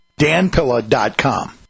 danpilla.com